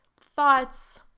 thoughts